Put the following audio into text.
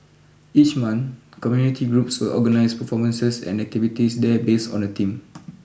each month community groups will organise performances and activities there based on a theme